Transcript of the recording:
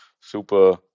super